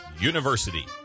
University